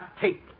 take